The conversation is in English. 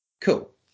cool